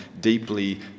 deeply